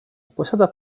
posiada